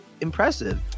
impressive